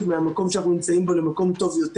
מהמקום שאנחנו נמצאים בו למקום טוב יותר.